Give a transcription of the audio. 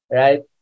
right